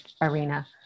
arena